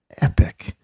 epic